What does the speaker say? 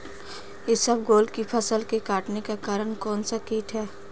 इसबगोल की फसल के कटने का कारण कौनसा कीट है?